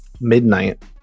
midnight